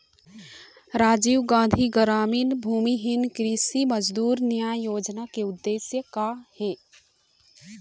राजीव गांधी गरामीन भूमिहीन कृषि मजदूर न्याय योजना के उद्देश्य का हे?